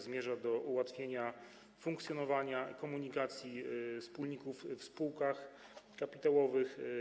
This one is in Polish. Zmierza ona do ułatwienia funkcjonowania i komunikacji wspólników w spółkach kapitałowych.